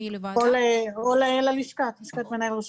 במייל לרשות